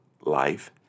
life